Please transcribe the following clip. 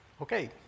Okay